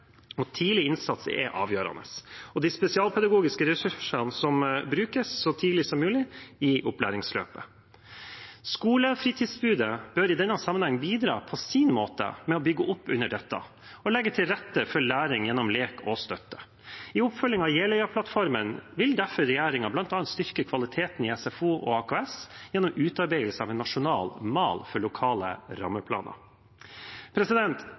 Tidlig innsats er avgjørende, og de spesialpedagogiske ressursene må brukes så tidlig som mulig i opplæringsløpet. Skolefritidstilbudet bør i denne sammenheng bidra på sin måte med å bygge opp under dette og legge til rette for læring gjennom lek og støtte. I oppfølgingen av Jeløya-plattformen vil regjeringen derfor bl.a. styrke kvaliteten i SFO og AKS gjennom utarbeidelse av en nasjonal mal for lokale